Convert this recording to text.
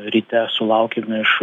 ryte sulaukėm iš